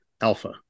Alpha